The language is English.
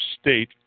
state